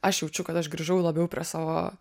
aš jaučiu kad aš grįžau į labiau prie savo